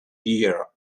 year